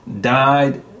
died